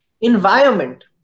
Environment